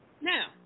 Now